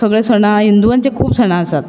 सगळें सणां हांगा हिन्दूचें खूब सणां आसात